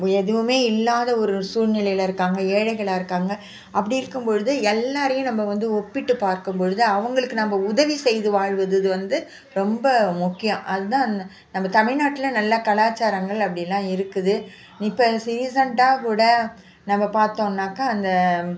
எதுவுமே இல்லாத ஒரு சூழ்நிலையில் இருக்காங்க ஏழைகளாக இருக்காங்க அப்படி இருக்கும் பொழுது எல்லோரையும் நம்ம வந்து ஒப்பிட்டு பார்க்கும் பொழுது அவங்களுக்கு நம்ம உதவி செய்து வாழ்வது வந்து ரொம்ப முக்கியம் அது தான் நம்ம தமிழ்நாட்டில் நல்லா கலாச்சாரங்கள் அப்படிலாம் இருக்குது இப்போ ரீசென்ட்டாக கூட நம்ம பார்த்தோன்னாக்கா அந்த